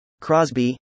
Crosby